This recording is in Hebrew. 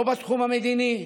לא בתחום המדיני,